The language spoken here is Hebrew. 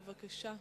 בבקשה.